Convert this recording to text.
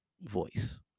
voice